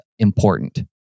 important